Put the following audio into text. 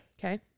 Okay